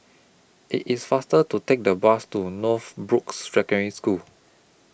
IT IS faster to Take The Bus to Northbrooks Secondary School